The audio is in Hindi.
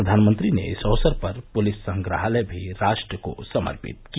प्रधानमंत्री ने इस अवसर पर पुलिस संग्रहालय भी राष्ट्र को समर्पित किया